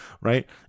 right